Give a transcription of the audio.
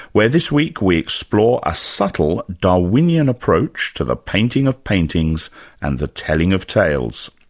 where this week we explore a subtle, darwinian approach to the painting of paintings and the telling of tales.